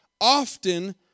often